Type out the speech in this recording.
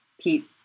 Pete